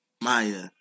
Maya